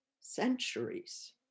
centuries